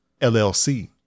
LLC